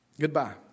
Goodbye